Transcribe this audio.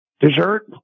dessert